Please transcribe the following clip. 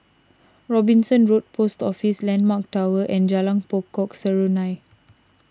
Robinson Road Post Office Landmark Tower and Jalan Pokok Serunai